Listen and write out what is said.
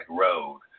road